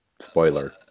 spoiler